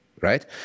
right